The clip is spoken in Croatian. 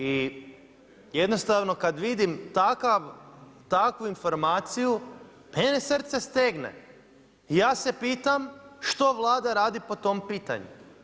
I jednostavno kada vidim takvu informaciju mene srce stegne i ja se pitam što Vlada radi po tom pitanju.